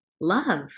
love